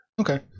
Okay